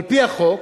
על-פי החוק,